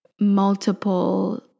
multiple